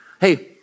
hey